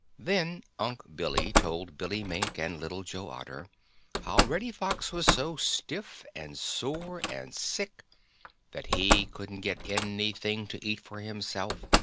then unc' billy told billy mink and little joe otter how reddy fox was so stiff and sore and sick that he couldn't get anything to eat for himself,